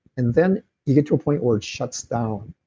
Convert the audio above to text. and then you get to a point where it shuts down.